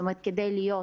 זאת אומרת, כדי להיות